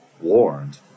warned